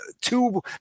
two